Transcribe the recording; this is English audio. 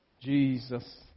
Jesus